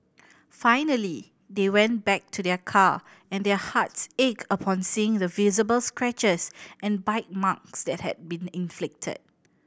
finally they went back to their car and their hearts ached upon seeing the visible scratches and bite marks that had been inflicted